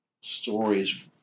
stories